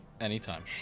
anytime